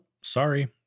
sorry